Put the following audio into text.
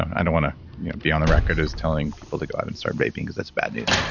i don't want to be on the record as telling people to go out and start vaping because that's bad news